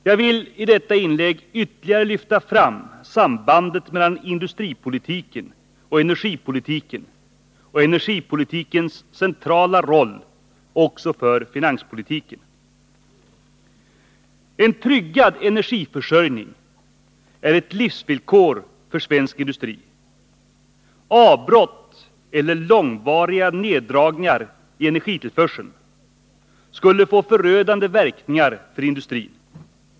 Jag vill i detta inlägg ytterligare lyfta fram sambandet mellan industripolitiken och energipolitiken och energipolitikens centrala roll också för finanspolitiken. En tryggad energiförsörjning är ett livsvillkor för svensk industri. Avbrott eller långvariga neddragningar i energitillförseln skulle få förödande verkningar för industrin.